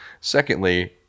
Secondly